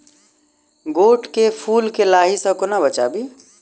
गोट केँ फुल केँ लाही सऽ कोना बचाबी?